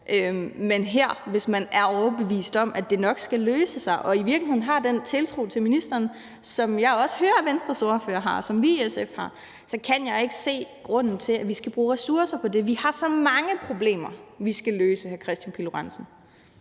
Men hvis man her er overbevist om, at det nok skal løse sig, og man i virkeligheden har den tiltro til ministeren, som jeg også hører at Venstres ordfører har, og som vi i SF har, så kan jeg ikke se nogen grund til, at vi skal bruge ressourcer på det. Vi har så mange problemer, vi skal løse, hr. Kristian Pihl Lorentzen.